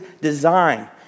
design